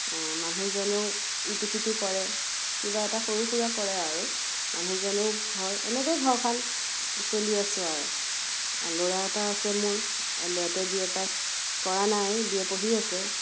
মানুহজনেও ইটো সিটো কৰে কিবা এটা সৰু সুৰা কৰে আৰু মানুহজনেও হয় এনেকৈয়ে ঘৰখন চলি আছোঁ আৰু ল'ৰা এটা আছে মোৰ ল'ৰাটোৱে বি এ পাছ কৰা নাই বি এ পঢ়ি আছে